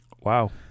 Wow